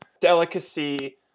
delicacy